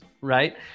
right